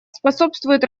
способствуют